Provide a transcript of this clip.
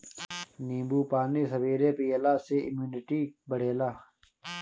नींबू पानी सबेरे पियला से इमुनिटी बढ़ेला